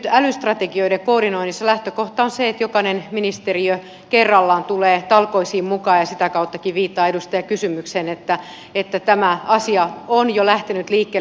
nyt älystrategioiden koordinoinnissa lähtökohta on se että jokainen ministeriö kerrallaan tulee talkoisiin mukaan ja sitä kauttakin viittaan edustajan kysymykseen että tämä asia on jo lähtenyt liikkeelle